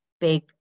big